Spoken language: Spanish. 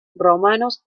romanos